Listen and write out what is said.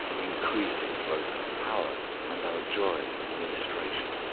increases both our power and our joy in ministration.